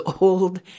old